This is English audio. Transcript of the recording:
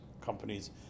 companies